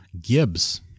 Gibbs